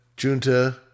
Junta